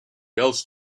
else